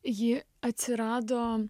ji atsirado